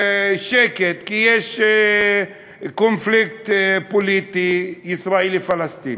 שקט, כי יש קונפליקט פוליטי ישראלי פלסטיני.